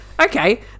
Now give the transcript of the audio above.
okay